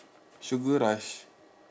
sugar rush